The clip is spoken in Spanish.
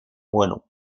bueno